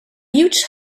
huge